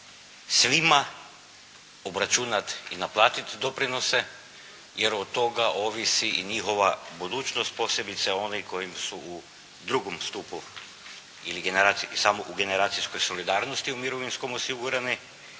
svima obračunati i naplatiti doprinose, jer od toga ovisi i njihova budućnost posebice oni koji su u drugom stupu ili samo u generacijskoj solidarnosti u mirovinskom osigurani